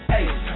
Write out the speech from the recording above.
Hey